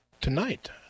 tonight